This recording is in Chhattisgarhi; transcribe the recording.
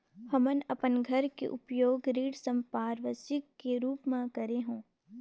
हमन अपन घर के उपयोग ऋण संपार्श्विक के रूप म करे हों